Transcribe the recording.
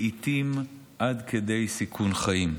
לעיתים עד כדי סיכון חיים.